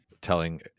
telling